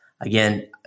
Again